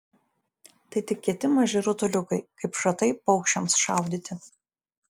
tai tik kieti maži rutuliukai kaip šratai paukščiams šaudyti